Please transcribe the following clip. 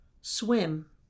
swim